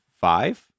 five